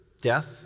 death